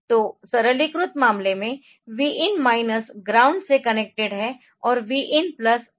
तो सरलीकृत मामले में Vin माइनस ग्राउंड से कनेक्टेड है और Vin प्लस सिग्नल लाइन है